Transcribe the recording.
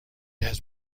has